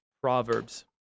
Proverbs